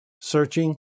searching